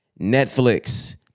Netflix